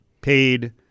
paid